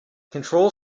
control